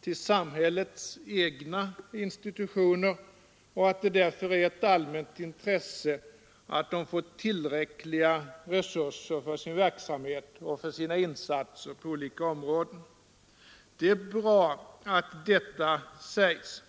till samhällets egna institutioner och att det därför är ett allmänt intresse att de får tillräckliga resurser för sin verksamhet och för sina insatser på olika områden. Det är bra att detta sägs.